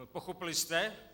Pochopili jste?